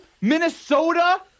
Minnesota